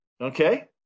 Okay